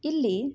ಇಲ್ಲಿ